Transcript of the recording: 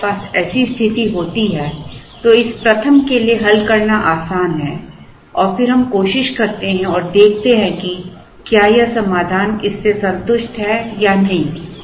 जब हमारे पास ऐसी स्थिति होती है तो इस प्रथम के लिए हल करना आसान है और फिर हम कोशिश करते हैं और देखते हैं कि क्या यह समाधान इससे संतुष्ट है या नहीं